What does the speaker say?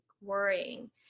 worrying